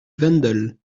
wendel